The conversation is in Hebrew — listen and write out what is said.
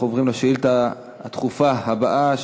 אנחנו עוברים לשאילתה הדחופה הבאה,